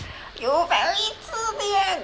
you very 自恋